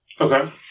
Okay